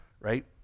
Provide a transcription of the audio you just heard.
right